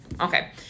Okay